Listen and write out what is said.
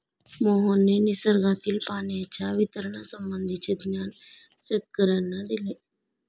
मोहनने निसर्गातील पाण्याच्या वितरणासंबंधीचे ज्ञान शेतकर्यांना दिले